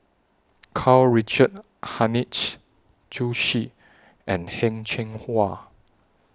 Karl Richard Hanitsch Zhu Xu and Heng Cheng Hwa